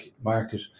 market